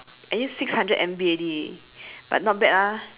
I use six hundred M_B already but not bad ah